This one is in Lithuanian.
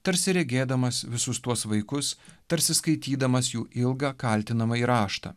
tarsi regėdamas visus tuos vaikus tarsi skaitydamas jų ilgą kaltinamąjį raštą